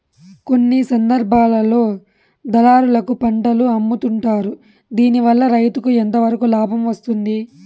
కొన్ని సందర్భాల్లో దళారులకు పంటలు అమ్ముతుంటారు దీనివల్ల రైతుకు ఎంతవరకు లాభం వస్తుంది?